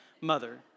mother